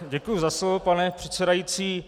Děkuji za slovo, pane předsedající.